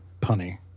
punny